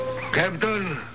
Captain